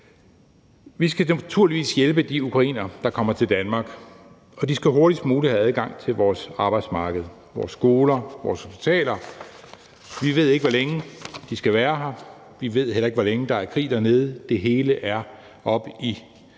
Vi skal naturligvis hjælpe de ukrainere, der kommer til Danmark, og de skal hurtigst muligt have adgang til vores arbejdsmarked, vores skoler, vores hospitaler. Vi ved ikke, hvor længe de skal være her, vi ved heller ikke, hvor længe der er krig dernede – det hele er oppe i